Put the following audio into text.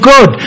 God